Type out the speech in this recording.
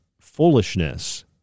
foolishness